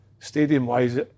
Stadium-wise